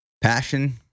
Passion